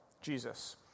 Jesus